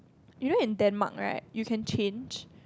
you know in Denmark right you can change